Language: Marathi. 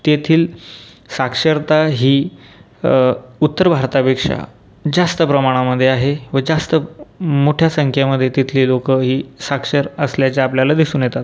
तेथील साक्षरता ही उत्तर भारतापेक्षा जास्त प्रमाणामधे आहे व जास्त मोठ्या संख्येमध्ये तिथली लोकं ही साक्षर असल्याचे आपल्याला दिसून येतात